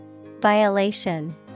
Violation